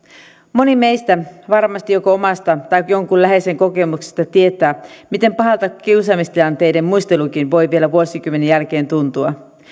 moni meistä joko omasta tai jonkun läheisen kokemuksesta tietää miten pahalta kiusaamistilanteiden muistelukin voi vielä vuosikymmenien jälkeen tuntua